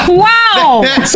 Wow